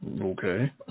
Okay